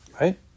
Right